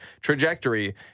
trajectory